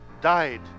died